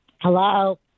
Hello